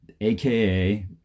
aka